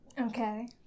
Okay